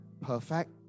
perfect